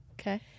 okay